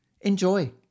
Enjoy